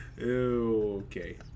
Okay